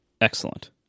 Excellent